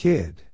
Kid